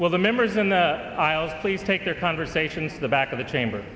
will the members in the aisles please take their conversations the back of the chamber